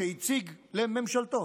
שהציג לממשלתו